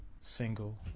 single